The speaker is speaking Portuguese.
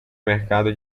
mercado